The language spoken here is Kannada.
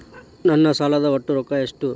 ನನ್ನ ಸಾಲದ ಒಟ್ಟ ರೊಕ್ಕ ಎಷ್ಟು?